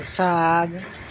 ساگ